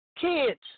kids